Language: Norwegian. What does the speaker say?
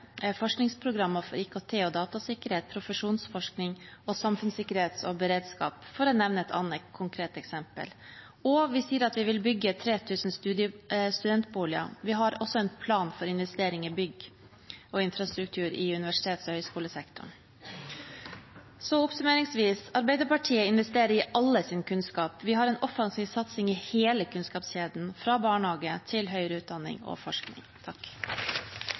forskningsprogrammer for IKT og datasikkerhet, profesjonsforskning og samfunnssikkerhet og beredskap, for å nevne et annet konkret eksempel, og vi sier at vi vil bygge 3 000 studentboliger. Vi har også en plan for investering i bygg og infrastruktur i universitets- og høgskolesektoren. Så oppsummeringsvis: Arbeiderpartiet investerer i alles kunnskap. Vi har en offensiv satsing i hele kunnskapskjeden, fra barnehage til høyere utdanning og forskning.